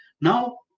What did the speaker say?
now